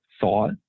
thought